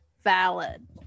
valid